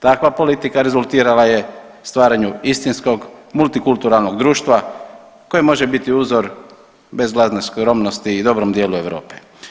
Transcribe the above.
Takva politika rezultirala je stvaranju istinskog, multikulturalnog društva koje može biti uzor bez lažne skromnosti i dobrom dijelu Europe.